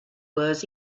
was